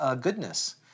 goodness